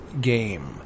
game